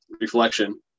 reflection